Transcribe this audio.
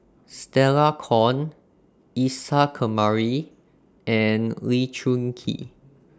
Stella Kon Isa Kamari and Lee Choon Kee